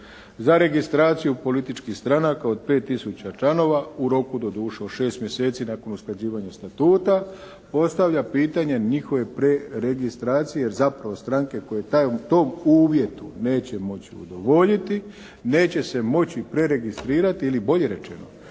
za registraciju političkih stranaka od 5 tisuća članova u roku doduše od 6 mjeseci nakon usklađivanja statuta, postavlja pitanje njihove preregistracije jer zapravo stranke koje tom uvjetu neće moći udovoljiti neće se moći preregistrirati ili bolje rečeno